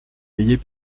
ayez